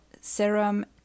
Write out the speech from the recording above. serum